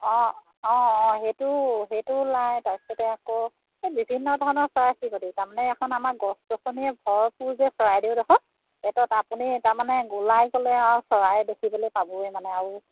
অঁ অঁ অঁ সেইটো সেইটো ওলাই তাৰ পিছতে আকৌ এই বিভিন্ন ধৰণৰ চৰাই চিৰিকটি তাৰমানে এখন আমাৰ গছ গছনি ভৰপূৰ যে চৰাইদেউডোখৰ এই তাত আপুনি তাৰমানে ওলাই গ'লে আৰু চৰাই দেখিবলৈ পাবই মানে আৰু